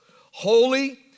holy